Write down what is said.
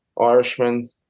Irishman